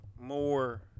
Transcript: more